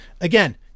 again